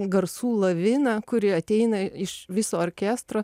garsų laviną kuri ateina iš viso orkestro